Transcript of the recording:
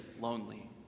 lonely